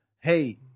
Hey